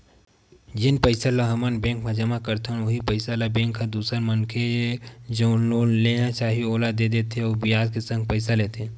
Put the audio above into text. जेन पइसा ल हमन बेंक म जमा करथन उहीं पइसा ल बेंक ह दूसर मनखे जउन ल लोन चाही ओमन ला देथे अउ बियाज के संग पइसा लेथे